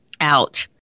out